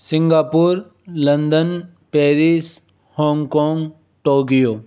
Singapore London Paris Hong Kong Tokyo